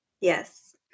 Yes